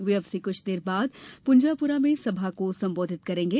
वे अब से कुछ देर बाद पुंजापुरा में सभा को संबोधित करेंगे